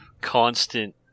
constant